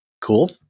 Cool